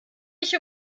ich